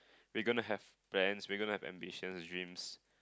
we gonna have plans we gonna have ambitions dreams